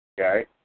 Okay